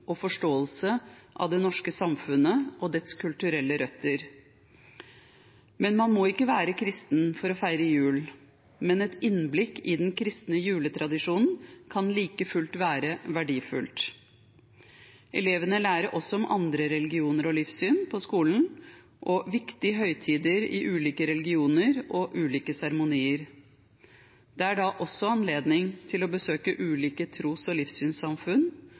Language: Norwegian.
og forståelse av det norske samfunnet og dets kulturelle røtter. Man må ikke være kristen for å feire jul, men et innblikk i den kristne juletradisjonen kan like fullt være verdifullt. Elevene lærer også om andre religioner og livssyn på skolen, om viktige høytider i ulike religioner og om ulike seremonier. Det er da også anledning til å besøke ulike tros- og livssynssamfunn.